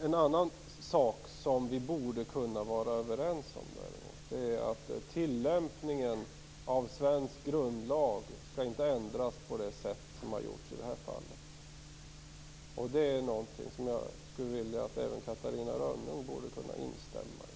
En annan sak som vi borde kunna vara överens om däremot är att tillämpningen av svensk grundlag inte skall ändras på det sätt som har gjorts i detta fall. Det är något som jag skulle vilja att även Catarina Rönnung kunde instämma i.